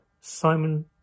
Simon